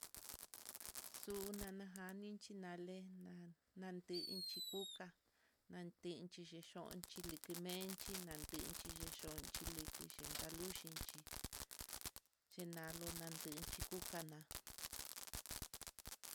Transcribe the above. Xunanajani xhinalentá nanden iin xhikuka tenchi chixonxi, likimenchi natinchí xhichonxi likixhi taluu xhinchí xhinalo natinchi kukana.